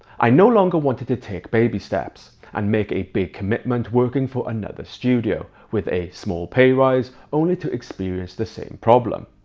i no longer wanted to take baby steps and make a big commitment working for another studio with a small pay rise only to experience the same problem.